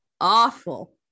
awful